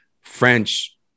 French